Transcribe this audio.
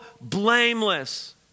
blameless